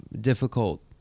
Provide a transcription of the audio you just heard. difficult